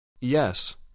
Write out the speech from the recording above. Yes